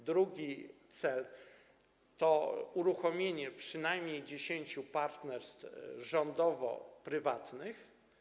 Drugi cel to uruchomienie przynajmniej 10 partnerstw rządowo-prywatnych.